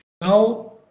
Now